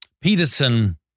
Peterson